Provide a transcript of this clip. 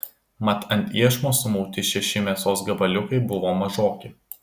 mat ant iešmo sumauti šeši mėsos gabaliukai buvo mažoki